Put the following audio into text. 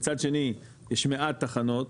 מצד שני יש מעט תחנות,